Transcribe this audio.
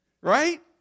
Right